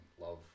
love